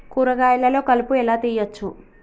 కూరగాయలలో కలుపు ఎలా తీయచ్చు?